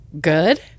Good